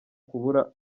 kubura